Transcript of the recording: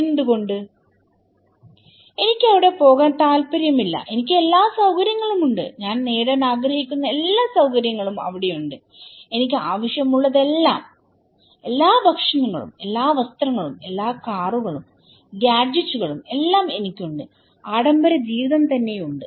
എന്തുകൊണ്ട് എനിക്ക് അവിടെ പോകാൻ താൽപ്പര്യമില്ല എനിക്ക് എല്ലാ സൌകര്യങ്ങളും ഉണ്ട് ഞാൻ നേടാൻ ആഗ്രഹിക്കുന്ന എല്ലാ കാര്യങ്ങളും അവിടെയുണ്ട് എനിക്ക് ആവശ്യമുള്ളതെല്ലാം എല്ലാ ഭക്ഷണങ്ങളും എല്ലാ വസ്ത്രങ്ങളും എല്ലാ കാറുകളും ഗാഡ്ജെറ്റുകളുംഎല്ലാം എനിക്കുണ്ട് ആഡംബര ജീവിതം തന്നെ ഉണ്ട്